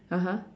(uh huh)